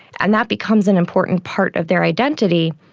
and that becomes an important part of their identity,